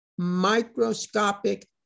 microscopic